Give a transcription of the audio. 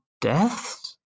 deaths